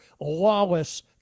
lawless